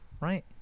right